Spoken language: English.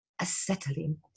Acetylene